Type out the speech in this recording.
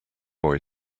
boy